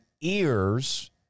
ears